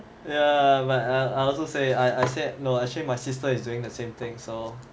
ya but I I also say I I said no actually my sister is doing the same thing so